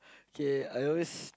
okay I always